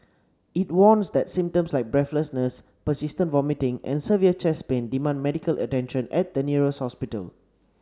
it warns that symptoms like breathlessness persistent vomiting and severe chest pain demand medical attention at the nearest hospital